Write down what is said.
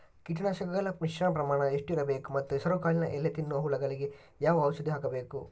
ಕೀಟನಾಶಕಗಳ ಮಿಶ್ರಣ ಪ್ರಮಾಣ ಎಷ್ಟು ಇರಬೇಕು ಮತ್ತು ಹೆಸರುಕಾಳಿನ ಎಲೆ ತಿನ್ನುವ ಹುಳಗಳಿಗೆ ಯಾವ ಔಷಧಿ ಹಾಕಬೇಕು?